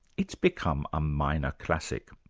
it's become a minor classic.